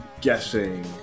guessing